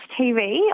TV